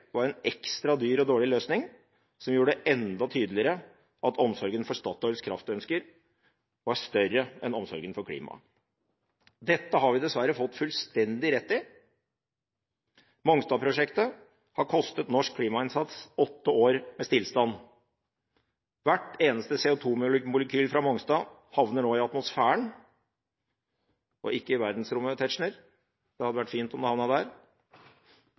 var en ekstra dyr og dårlig løsning som gjorde det enda tydeligere at omsorgen for Statoils kraftønsker var større enn omsorgen for klimaet. Dette har vi dessverre fått fullstendig rett i. Mongstad-prosjektet har kostet norsk klimainnsats åtte år med stillstand. Hvert eneste CO2-molekyl fra Mongstad havner nå i atmosfæren – ikke i verdensrommet, Tetzschner, det hadde vært fint om det havnet der